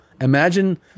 Imagine